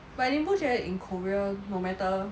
but 你不觉得 in korea no matter